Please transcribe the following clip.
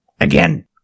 Again